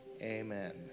Amen